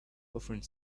offering